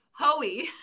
Hoey